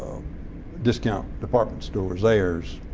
discount department store, zayres,